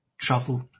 troubled